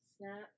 Snap